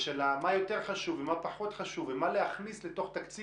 מה יותר חשוב ומה פחות חשוב ומה להכניס לתוך תקציב